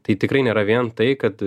tai tikrai nėra vien tai kad